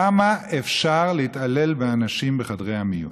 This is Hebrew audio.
כמה אפשר להתעלל באנשים בחדרי המיון?